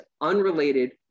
unrelated